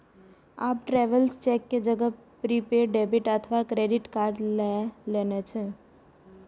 आब travellers cheque के जगह प्रीपेड डेबिट अथवा क्रेडिट कार्ड लए लेने छै